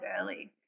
early